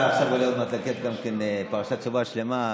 אתה עכשיו עוד מעט עולה לתת פרשת שבוע שלמה,